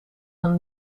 een